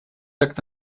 так